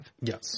yes